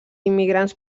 immigrants